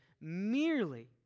merely